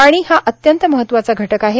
पाणी हा अत्यंत महत्वाचा घटक आहे